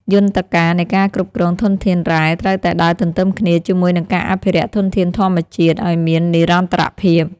យន្តការនៃការគ្រប់គ្រងធនធានរ៉ែត្រូវតែដើរទន្ទឹមគ្នាជាមួយនឹងការអភិរក្សធនធានធម្មជាតិឱ្យមាននិរន្តរភាព។